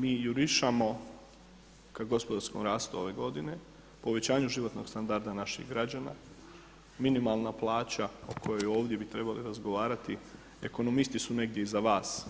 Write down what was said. Mi jurišamo k gospodarskom rastu ove godine, povećanjem životnog standarda naših građana, minimalna plaća o kojoj bi ovdje trebali razgovarati ekonomisti su negdje iza vas